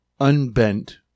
unbent